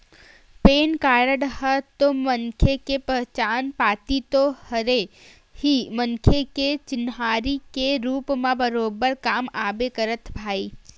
PAN card ह तो मनखे के पहचान पाती तो हरे ही मनखे के चिन्हारी के रुप म बरोबर काम आबे करथे भई